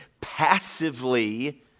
passively